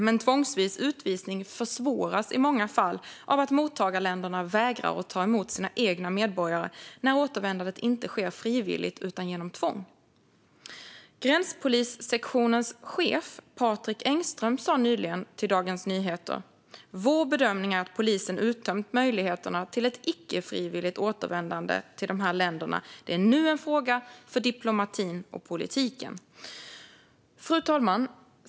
Men tvångsvis utvisning försvåras i många fall av att mottagarländerna vägrar ta emot sina egna medborgare när återvändandet inte sker frivilligt utan med tvång. Gränspolissektionens chef Patrik Engström sade nyligen till Dagens Nyheter: "Vår bedömning är att polisen uttömt möjligheterna till ett icke-frivilligt återvändande till de här länderna. Det är nu en fråga för diplomatin och politiken." Fru talman!